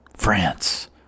France